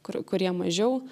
kur kurie mažiau